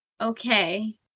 Okay